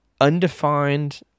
undefined